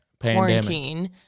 quarantine